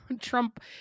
trump